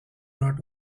not